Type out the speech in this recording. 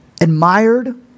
admired